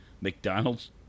McDonald's